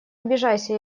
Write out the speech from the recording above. обижайся